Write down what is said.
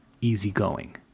easygoing